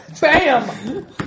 Bam